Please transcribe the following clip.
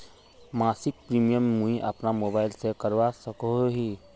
मासिक प्रीमियम मुई अपना मोबाईल से करवा सकोहो ही?